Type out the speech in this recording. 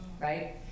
right